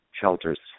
shelters